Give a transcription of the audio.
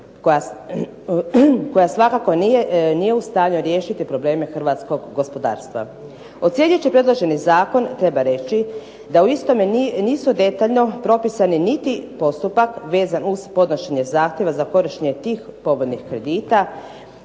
koja svakako nije u stanju riješiti probleme Hrvatskog gospodarstva. Ocijenivši predloženi Zakon treba reći da u istome nisu detaljno propisani niti postupak vezan uz podnošenje zahtjeva za korištenje tih povoljnih kredita,